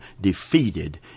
defeated